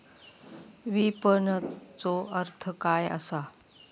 विपणनचो अर्थ काय असा?